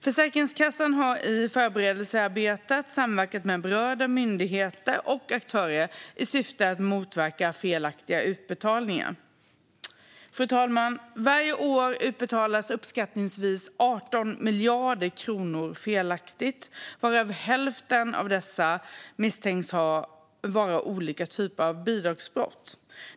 Försäkringskassan har i förberedelsearbetet samverkat med berörda myndigheter och aktörer i syfte att motverka felaktiga utbetalningar. Fru talman! Varje år utbetalas uppskattningsvis 18 miljarder kronor felaktigt, varav hälften misstänks vara olika typer av bidragsbrott.